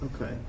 Okay